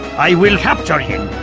i will capture him,